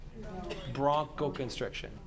bronchoconstriction